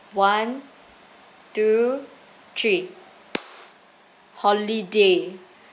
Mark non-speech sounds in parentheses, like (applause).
one two three (noise) holiday